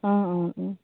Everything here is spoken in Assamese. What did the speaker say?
অঁ অঁ অঁ